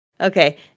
okay